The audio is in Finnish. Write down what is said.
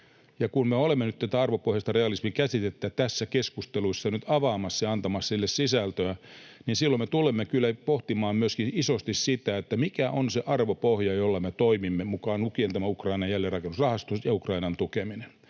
kun me olemme nyt tätä arvopohjaista realismin käsitettä tässä keskustelussa nyt avaamassa ja antamassa sille sisältöä, niin silloin me tulemme kyllä pohtimaan myöskin isosti sitä, mikä on se arvopohja, jolla me toimimme, mukaan lukien tämä Ukrainan jälleenrakennusrahasto ja Ukrainan tukeminen.